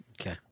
Okay